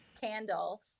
candle